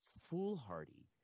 foolhardy